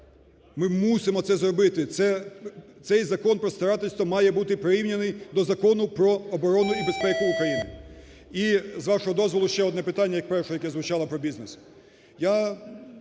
Ми мусимо це зробити, цей Закон про старательство має бути прирівняний до Закону про оборону і безпеку України. І, з вашого дозволу, ще одне питання перше, яке звучало про бізнес.